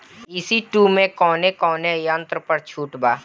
ई.सी two मै कौने कौने यंत्र पर छुट बा?